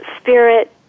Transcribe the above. spirit